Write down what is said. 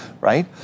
right